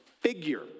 figure